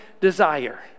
desire